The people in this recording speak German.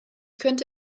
könnte